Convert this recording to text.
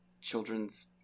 children's